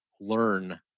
learn